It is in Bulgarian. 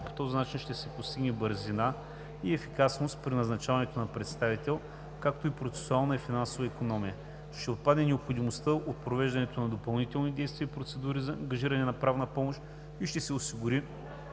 По този начин ще се постигне бързина и ефективност при назначаването на представител, както и процесуална и финансова икономия. Ще отпадне необходимостта от провеждането на допълнителни действия и процедури за ангажиране на правна помощ и ще се осигури